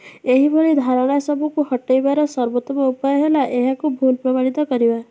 ଏହିଭଳି ଧାରଣା ସବୁକୁ ହଟାଇବାର ସର୍ବୋତ୍ତମ ଉପାୟ ହେଲା ଏହାକୁ ଭୁଲ ପ୍ରମାଣିତ କରିବା